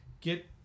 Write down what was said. get